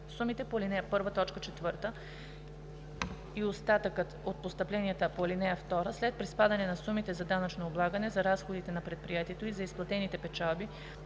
Сумите по ал. 1, т. 4 и остатъкът от постъпленията по ал. 2 след приспадане на сумите за данъчно облагане, за разходите на предприятието и за изплатените печалби,